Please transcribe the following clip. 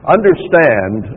Understand